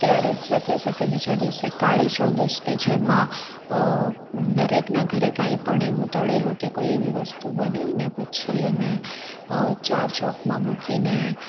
ત્યારે જ સાથે સાથે બીજા દિવસે કાળી ચૌદશ કે જેમાં દરેકનાં ઘરે કાંઈ પણ એવું તળેલું કે કોઈ એવી વસ્તુ બનાવી ને પછી એને ચાર ચોકમાં મૂકીને